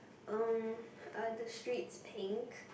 um are the streets pink